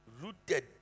Rooted